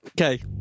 okay